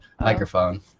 microphone